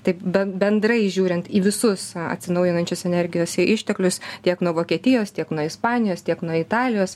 taip bet bendrai žiūrint į visus atsinaujinančios energijos išteklius tiek nuo vokietijos tiek nuo ispanijos tiek nuo italijos